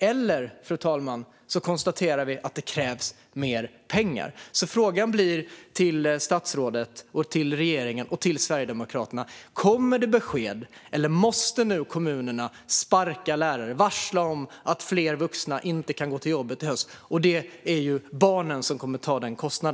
Eller också konstaterar vi att det krävs mer pengar. Frågan till statsrådet, till regeringen och till Sverigedemokraterna blir: Kommer det besked, eller måste kommunerna nu sparka lärare och varsla om att fler vuxna inte kan gå till jobbet i höst? Det är barnen som kommer att ta denna kostnad.